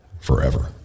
forever